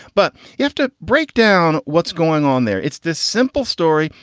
but you have to break down what's going on there. it's this simple story.